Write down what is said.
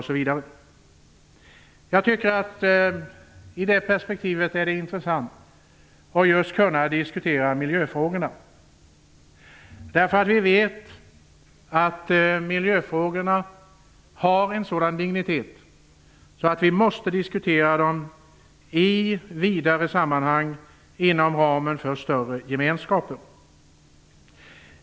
I det perspektivet tycker jag att det är intressant att kunna diskutera just miljöfrågorna, därför att vi vet att dessa frågor har en sådan dignitet att vi måste diskutera dem i vidare sammanhang inom ramen för större gemenskaper.